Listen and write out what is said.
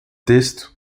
texto